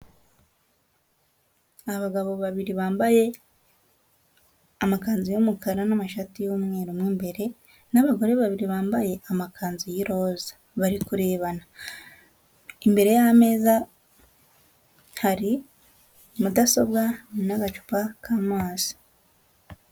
Abagabo babiri bambaye amakanzu y'umukara n'amashati y'umweru mo imbere n'abagore babiri bambaye amakanzu y'iroza bari kurebana, imbere y'ameza hari mudasobwa n'agacupa k'amazi.